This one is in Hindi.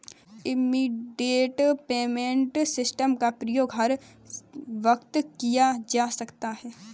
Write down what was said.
इमीडिएट पेमेंट सिस्टम का प्रयोग हर वक्त किया जा सकता है